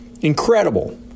Incredible